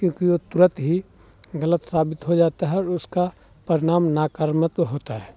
क्योंकि वह तुरंत ही ग़लत साबित हो जाता है और उसका परिणाम नकारात्मक होता है